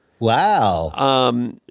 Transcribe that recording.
Wow